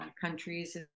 countries